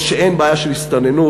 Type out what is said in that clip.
או שאין בעיה של הסתננות,